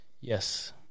Yes